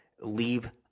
leave